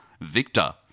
Victor